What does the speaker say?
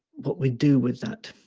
what we do with that.